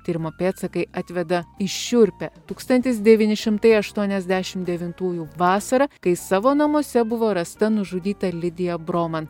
tyrimo pėdsakai atveda į šiurpią tūkstantis devyni šimtai aštuoniasdešimt devintųjų vasarą kai savo namuose buvo rasta nužudyta lidija broman